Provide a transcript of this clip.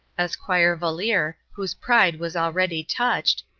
esquire valeer, whose pride was already touched,